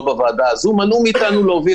לא בוועדה הזאת מנעו מאיתנו להוביל